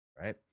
right